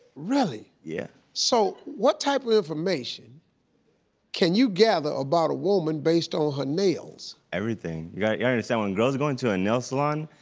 really? yeah. so what type of information can you gather about a woman based on her nails? everything, you've gotta yeah understand, when girls go into a nail salon,